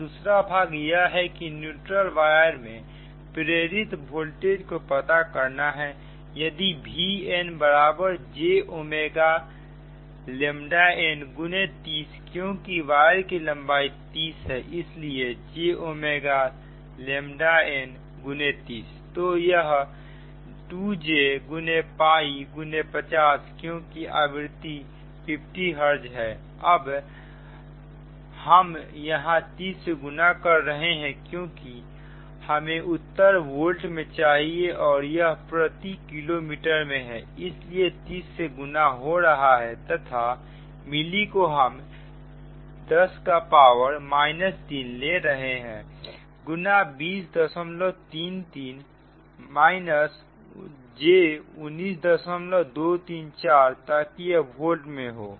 अब दूसरा भाग यह है कि न्यूट्रल वायर में प्रेरित वोल्टेज को पता करना हैयदि Vn jn30 क्योंकि वायर की लंबाई 30 km है इसलिए jn30 तो यह 2j 50 क्योंकि आवृत्ति 50 hz है हम यहां 30 से गुना कर रहे हैं क्योंकि हमें उत्तर वोल्ट में चाहिए और यह प्रति किलोमीटर में है इसलिए 30 से गुना हो रहा है तथा मिली को हम 10 का पावर 3 ले रहे हैं गुणा 2033 j19234 ताकि यह वोल्ट में हो